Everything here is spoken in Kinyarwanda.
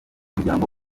muryango